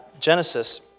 Genesis